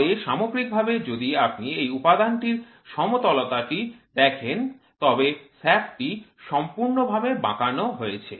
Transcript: তবে সামগ্রিকভাবে যদি আপনি এই উপাদানটির সমতলতাটি দেখেন তবে শ্যাফ্ট টি সম্পূর্ণভাবে বাঁকানো হয়েছে